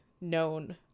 known